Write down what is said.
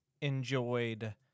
enjoyed